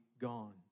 gone